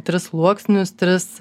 tris sluoksnius tris